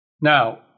Now